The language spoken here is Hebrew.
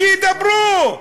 שידברו,